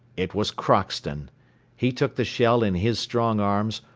it was crockston he took the shell in his strong arms,